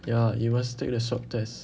ya you must take the swab test